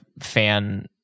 fan